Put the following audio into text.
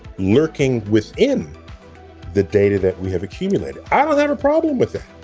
lurking within the data that we have accumulated. i don't have a problem with that.